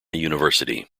university